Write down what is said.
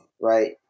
right